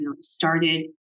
started